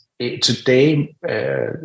today